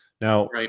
Now